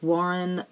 Warren